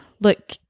look